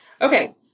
Okay